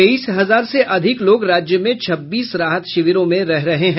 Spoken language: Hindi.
तेईस हजार से अधिक लोग राज्य में छब्बीस राहत शिविरों में रह रहे हैं